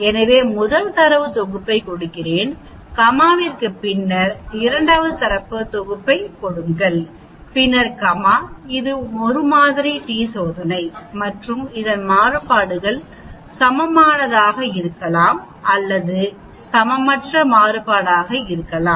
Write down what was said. எனவே முதல் தரவு தொகுப்பைக் கொடுக்கிறோம் கமாவிற்கு பின்னர்இரண்டாவது தரவுத் தொகுப்பைக் கொடுங்கள் பின்னர் கமா இது 1 மாதிரி டி சோதனை மற்றும் இதன்மாறுபாடுகள் சமமானதாக இருக்கலாம் அல்லது சமமற்ற மாறுபாடுகள் இருக்கலாம்